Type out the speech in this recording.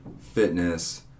fitness